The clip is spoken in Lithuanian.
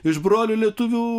iš brolių lietuvių